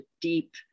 deep